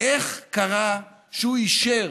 איך קרה שהוא אישר